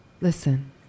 Listen